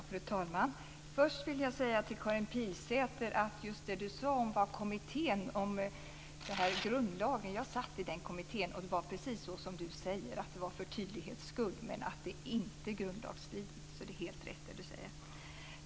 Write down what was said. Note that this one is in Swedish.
Fru talman! Först vill jag säga till Karin Pilsäter att det var precis som hon sade när det gäller grundlagen. Jag satt i den kommittén, och det var för tydlighets skull man lade fram förslaget. Men det är inte grundlagsstridigt. Det är helt rätt det du säger.